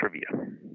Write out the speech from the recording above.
trivia